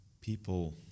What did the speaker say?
people